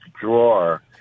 drawer